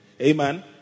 Amen